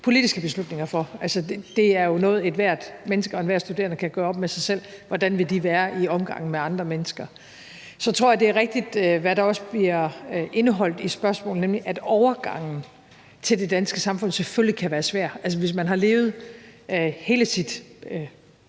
politiske beslutninger om. Ethvert menneske og enhver studerende kan jo gøre op med sig selv, hvordan de vil være i omgangen med andre mennesker. Så tror jeg, det er rigtigt, hvad der også ligger i spørgsmålet, nemlig at overgangen til det danske samfund selvfølgelig kan være svær. Hvis man har levet hele sin